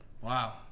Wow